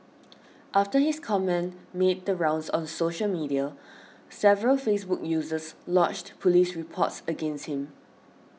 after his comment made the rounds on social media several Facebook users lodged police reports against him